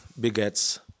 begets